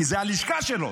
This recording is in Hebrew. כי זו הלשכה שלו,